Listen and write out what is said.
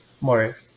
more